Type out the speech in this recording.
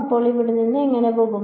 അപ്പോൾ ഇവിടെ നിന്ന് എങ്ങനെ പോകും